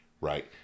Right